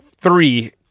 three